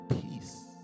peace